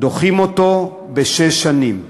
דוחים אותו בשש שנים.